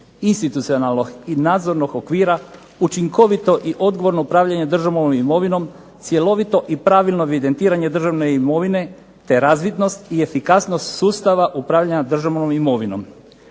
institucionalnog i nadzornog okvira, učinkovito i odgovorno upravljanje državnom imovinom, cjelovito i pravilno evidentiranje državne imovine te razvidnost i efikasnost sustava upravljanja državnom imovinom.